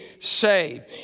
saved